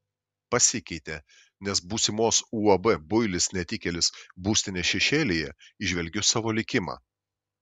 pasikeitė nes būsimos uab builis netikėlis būstinės šešėlyje įžvelgiu savo likimą